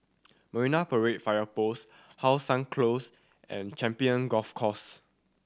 Marine Parade Fire Post How Sun Close and Champion Golf Course